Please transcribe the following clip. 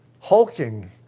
hulking